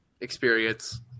experience